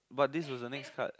but this was the next card